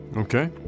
Okay